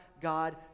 God